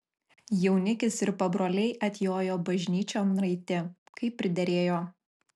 jaunikis ir pabroliai atjojo bažnyčion raiti kaip priderėjo